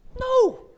No